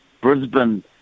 Brisbane